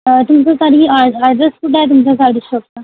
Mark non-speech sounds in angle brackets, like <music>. तुमचा साडी <unintelligible> ॲड्रेस कुठे आहे तुमच्या साडी शॉपचा